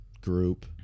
group